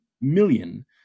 million